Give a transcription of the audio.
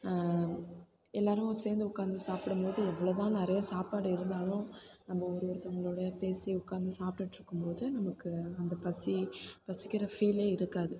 எல்லோரும் சேர்ந்து உட்காந்து சாப்பிடும் போது எவ்வளோ தான் நிறைய சாப்பாடு இருந்தாலும் நம்ம ஒருவொருத்தங்களோடு பேசி உட்காந்து சாப்பிடுட்டுருக்கும் போது நமக்கு அந்த பசி பசிக்கிற ஃபீலே இருக்காது